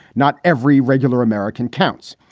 not every regular american. counts,